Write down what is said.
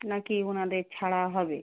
না কি ওনাদের ছাড়া হবে